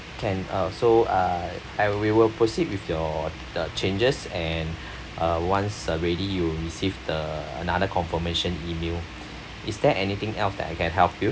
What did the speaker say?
can uh so uh I we will proceed with your the changes and uh once ready you'll receive the another confirmation email is there anything else that I can help you